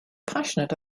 passionate